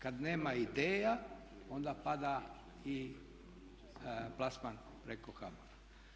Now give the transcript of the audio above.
Kad nema ideja, onda pada i plasman preko HBOR-a.